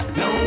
no